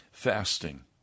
Fasting